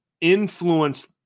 influence